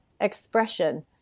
expression